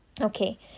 Okay